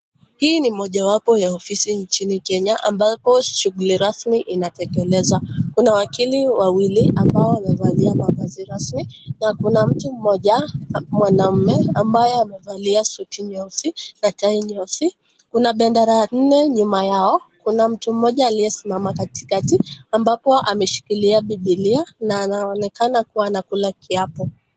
Hii ni mojawapo ya ofisi nchini Kenya ambapo shughuli rasmi inatekelezwa. Kuna wakili wawili ambao wamevalia mavazi rasmi na kuna mtu mmoja mwanaume ambaye amevalia suti nyeusi na tai nyeusi. Kuna bendera nne nyuma yao, kuna mtu mmoja aliyesimama katikati, ambapo ameshikilia bibilia na anaonekana kuwa anakula kiapo.